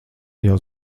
jau